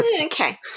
Okay